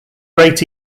great